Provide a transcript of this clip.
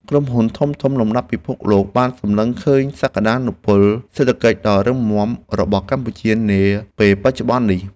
ក្រុមហ៊ុនធំៗលំដាប់ពិភពលោកបានសម្លឹងឃើញសក្តានុពលសេដ្ឋកិច្ចដ៏រឹងមាំរបស់កម្ពុជានាពេលបច្ចុប្បន្ននេះ។